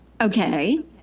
Okay